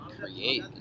create